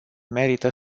merită